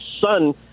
son